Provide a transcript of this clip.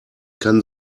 kann